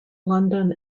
london